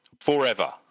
forever